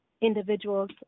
individuals